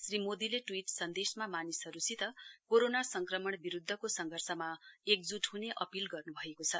श्री मोदीले ट्वीट सन्देशमा मानिसहरूसित कोरोना संक्रमण विरूद्वको संघर्षमा एकज्ट ह्ने अपील गर्न् भएको छ